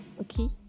Okay